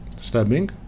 stabbing